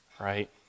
right